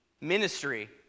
ministry